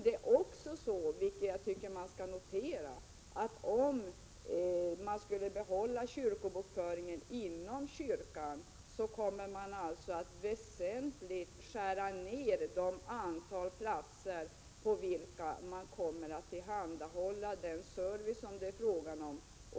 Det är viktigt att notera att om man skulle behålla kyrkobokföringen inom kyrkan, kommer man att väsentligt skära ned det antal platser på vilka man kommer att tillhandahålla den service som det är fråga om.